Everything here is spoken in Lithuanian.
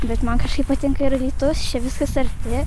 bet man kažkaip patinka ir alytus čia viskas arti